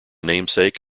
namesake